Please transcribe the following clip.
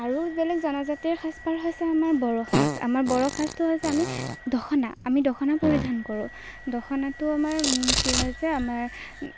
আৰু বেলেগ জনজাতিৰ সাজপাৰ হৈছে আমাৰ বড়ো সাজ আমাৰ বড়ো সাজটো হৈছে আমি দখনা আমি দখনা পৰিধান কৰোঁ দখনাটো আমাৰ কি হৈছে আমাৰ